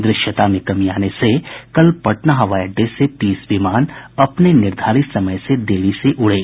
दृश्यता में कमी आने से कल पटना हवाई अड़डे से तीस विमान अपने निर्धारित समय से देरी से उड़े